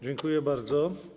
Dziękuję bardzo.